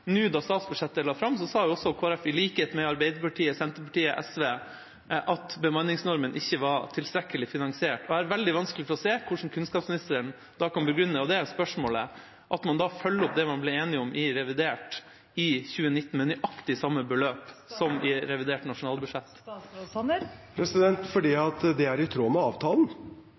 Nå da statsbudsjettet ble lagt fram, sa også Kristelig Folkeparti, i likhet med Arbeiderpartiet, Senterpartiet og SV, at bemanningsnormen ikke var tilstrekkelig finansiert. Jeg har veldig vanskelig for å se hvordan kunnskapsministeren da kan begrunne at man følger opp det man ble enige om i revidert i 2019, med nøyaktig samme beløp som i revidert nasjonalbudsjett. Det er spørsmålet. Fordi det er i tråd med avtalen. Det er i tråd med den avtalen